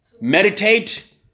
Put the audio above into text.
Meditate